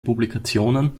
publikationen